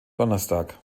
donnerstag